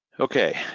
Okay